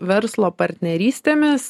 verslo partnerystėmis